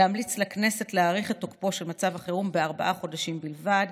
להמליץ לכנסת להאריך את תוקפו של מצב החירום בארבעה חודשים בלבד,